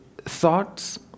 thoughts